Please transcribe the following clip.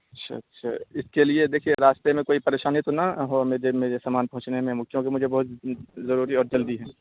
اچھا اچھا اس کے لیے دیکھیے راستے میں کوئی پریشانی تو نہ ہو مجھے میرے سامان پہنچنے میں کیونکہ مجھے بہت ضروری اور جلدی ہے